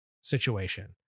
situation